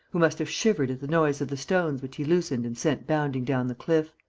who must have shivered at the noise of the stones which he loosened and sent bounding down the cliff.